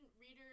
reader